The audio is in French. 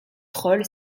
troll